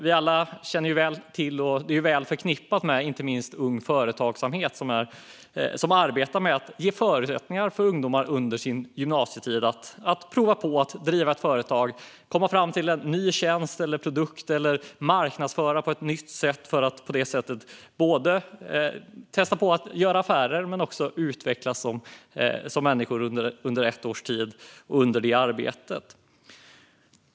Detta är väl förknippat med Ung Företagsamhet, som vi alla känner väl till och som arbetar med att ge ungdomar förutsättningar att under sin gymnasietid prova på att driva ett företag - komma fram med en ny tjänst eller produkt eller marknadsföra på ett nytt sätt för att på det sättet prova på att göra affärer och under det arbetet utvecklas som människor under ett års tid.